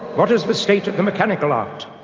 what is the state of the mechanical art?